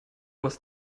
was